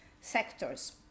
sectors